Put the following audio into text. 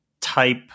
type